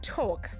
talk